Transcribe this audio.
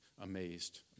amazed